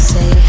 Say